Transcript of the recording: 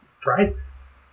prizes